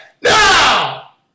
now